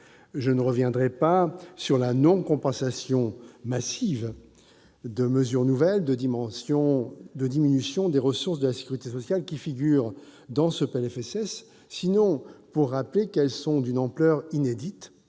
Je ne reviendrai pas sur les non-compensations massives de mesures nouvelles de diminution des ressources de la sécurité sociale qui figurent dans ce PLFSS, sinon pour rappeler qu'elles sont d'une ampleur inédite